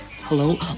Hello